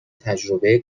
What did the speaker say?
تجربه